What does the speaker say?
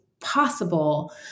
possible